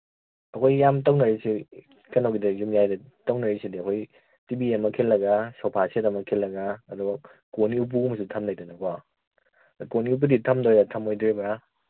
ꯑꯩꯈꯣꯏ ꯌꯥꯝ ꯇꯧꯅꯔꯤꯁꯤ ꯀꯩꯅꯣꯒꯤꯗ ꯌꯨꯝꯌꯥꯏꯗ ꯇꯧꯅꯔꯤꯁꯤꯗꯤ ꯑꯩꯈꯣꯏ ꯇꯤ ꯚꯤ ꯑꯃ ꯈꯤꯜꯂꯒ ꯁꯣꯐꯥ ꯁꯦꯠ ꯑꯃ ꯈꯤꯜꯂꯒ ꯑꯗꯨꯒ ꯀꯣꯟꯒꯤ ꯎꯄꯨ ꯑꯃꯁꯨ ꯊꯝꯅꯩꯗꯅꯀꯣ ꯀꯣꯟ ꯎꯄꯨꯗꯤ ꯊꯝꯗꯣꯏꯔꯥ ꯊꯝꯃꯣꯏꯗꯣꯏꯕ꯭ꯔꯥ